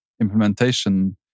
implementation